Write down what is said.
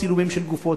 צילומים של גופות.